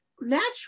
natural